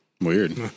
Weird